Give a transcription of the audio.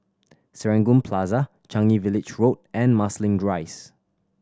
Serangoon Plaza Changi Village Road and Marsiling Rise